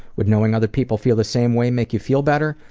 would knowing other people feel the same way make you feel better?